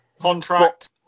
contract